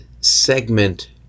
segment